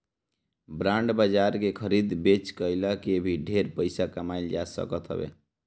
bond बाजार के खरीद बेच कई के भी ढेर पईसा कमाईल जा सकत हवे